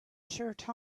shirt